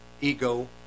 ego